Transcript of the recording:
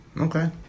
Okay